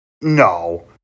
No